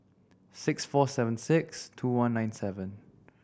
six four seven six two one nine seven